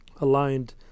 aligned